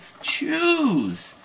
choose